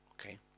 Okay